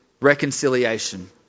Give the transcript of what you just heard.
reconciliation